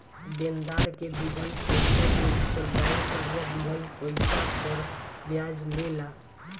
देनदार के दिहल पइसा के ऊपर बैंक कर्जा दिहल पइसा पर ब्याज ले ला